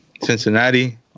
Cincinnati